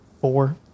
four